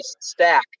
stack